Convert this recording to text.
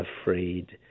afraid